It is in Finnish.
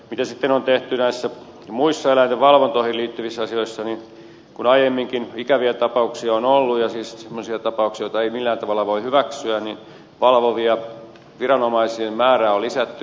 mitä sitten on tehty näissä muissa eläinten valvontoihin liittyvissä asioissa niin kun aiemminkin ikäviä tapauksia on ollut ja siis semmoisia tapauksia joita ei millään tavalla voi hyväksyä niin valvovien viranomaisten määrää on lisätty